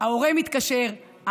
ההורה מתקשר,